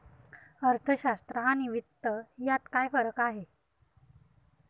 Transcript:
अर्थशास्त्र आणि वित्त यात काय फरक आहे